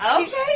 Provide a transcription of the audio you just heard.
Okay